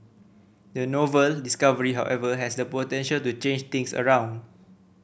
the novel discovery however has the potential to change things around